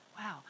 wow